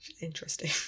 Interesting